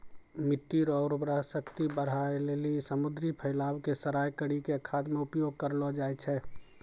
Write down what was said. मिट्टी रो उर्वरा शक्ति बढ़ाए लेली समुन्द्री शैलाव के सड़ाय करी के खाद मे उपयोग करलो जाय छै